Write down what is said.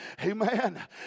Amen